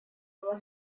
была